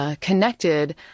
Connected